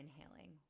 inhaling